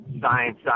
science